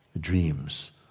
dreams